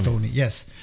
yes